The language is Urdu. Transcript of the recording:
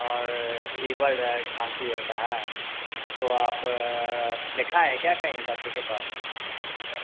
اور فیور کھانسی ہوتا ہے اس کو آپ دکھائیں ہیں کیا کہیں ڈاکٹر کے پاس